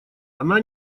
она